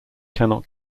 cannot